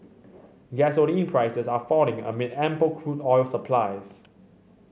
gasoline prices are falling amid ample crude oil supplies